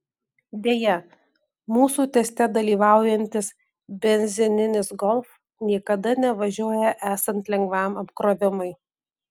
deja mūsų teste dalyvaujantis benzininis golf niekada nevažiuoja esant lengvam apkrovimui